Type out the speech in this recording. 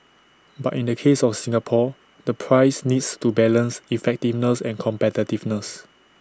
but in the case of Singapore the price needs to balance effectiveness and competitiveness